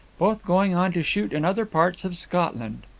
both going on to shoot in other parts of scotland.